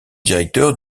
directeur